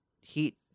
heat